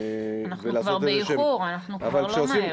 אנחנו כבר באיחור, אנחנו כבר לא מהר.